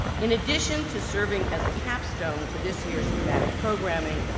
in addition to serving as a capstone to this year's thematic programming,